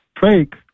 fake